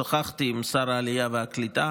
שוחחתי עם שר העלייה והקליטה